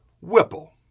Whipple